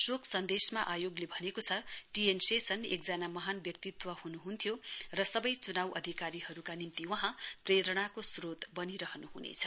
शोक सन्देशमा आयोगले भनेको छ टी एम शेषन एकजना महान व्यक्तित्व हनुहन्थ्यो र सबै च्नाउ अधिकारीहरूका निम्ति वहाँ प्रेरणाको श्रोत बनि रहन् हनेछ